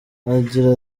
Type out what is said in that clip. agira